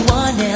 one